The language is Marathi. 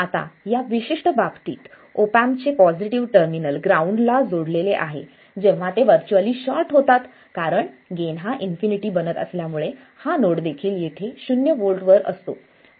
आता या विशिष्ट बाबतीत ऑप एम्प चे पॉझिटिव्ह टर्मिनल ग्राउंडला जोडलेले आहे जेव्हा ते व्हर्च्युअली शॉर्ट होतात कारण गेन हा इन्फिनिटी बनत असल्यामुळे हा नोड देखील येथे शून्य व्होल्ट वर असतो